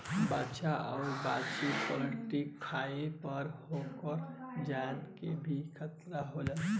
बाछा आ बाछी प्लास्टिक खाइला पर ओकरा जान के भी खतरा हो जाला